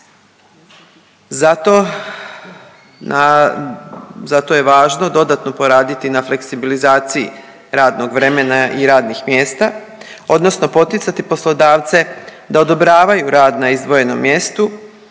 zato je važno dodatno poraditi na fleksibilizaciji radnog vremena i radnih mjesta, odnosno poticati poslodavce da odobravaju rad na izdvojenom mjestu